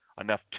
enough